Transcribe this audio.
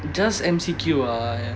just M_C_Q ah